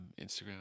Instagram